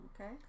Okay